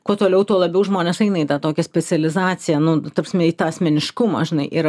kuo toliau tuo labiau žmonės eina į tą tokią specializaciją nu ta prasme į tą asmeniškumą žinai ir